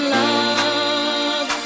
love